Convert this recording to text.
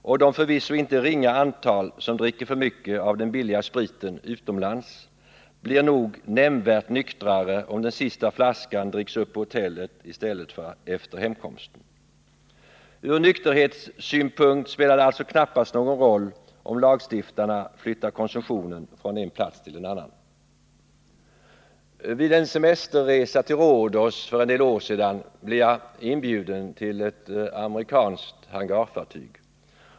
Och det förvisso inte ringa antal som dricker för mycket av den billiga spriten utomlands blir nog inte nämnvärt nyktrare, om den sista flaskan dricks upp på hotellet i stället för efter hemkomsten. Ur nykterhetssynpunkt spelar det alltså knappast någon roll om lagstiftarna flyttar konsumtionen från en plats till en annan. Vid en semesterresa till Rhodos för en del år sedan blev jag inbjuden till ett amerikanskt hangarfartyg.